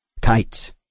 kites